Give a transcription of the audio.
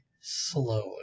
slowly